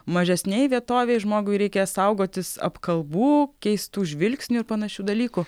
mažesnėj vietovėj žmogui reikia saugotis apkalbų keistų žvilgsnių ir panašių dalykų